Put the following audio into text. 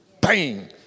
Bang